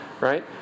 right